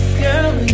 girl